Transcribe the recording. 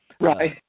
Right